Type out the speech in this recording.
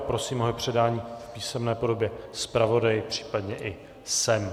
Prosím o jeho předání v písemné podobě zpravodaji, případně i sem.